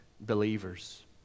believers